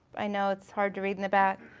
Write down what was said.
i know it's hard to read in the back.